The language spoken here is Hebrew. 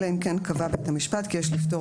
אלא אם כן קבע בית המשפט כי יש לפטור